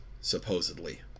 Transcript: supposedly